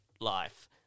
life